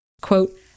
Quote